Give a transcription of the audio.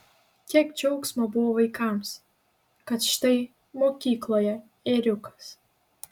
kiek džiaugsmo buvo vaikams kad štai mokykloje ėriukas